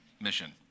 mission